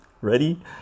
Ready